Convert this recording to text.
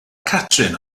catrin